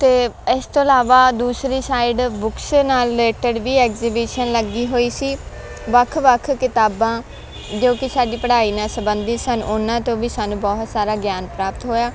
ਅਤੇ ਇਸ ਤੋਂ ਇਲਾਵਾ ਦੂਸਰੀ ਸਾਈਡ ਬੁਕਸ ਦੇ ਨਾਲ ਰਿਲੇਟਡ ਵੀ ਐਕਜੀਬਿਸ਼ਨ ਲੱਗੀ ਹੋਈ ਸੀ ਵੱਖ ਵੱਖ ਕਿਤਾਬਾਂ ਜੋ ਕਿ ਸਾਡੀ ਪੜ੍ਹਾਈ ਨਾਲ ਸੰਬੰਧਿਤ ਸਨ ਉਹਨਾਂ ਤੋਂ ਵੀ ਸਾਨੂੰ ਬਹੁਤ ਸਾਰਾ ਗਿਆਨ ਪ੍ਰਾਪਤ ਹੋਇਆ